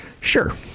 Sure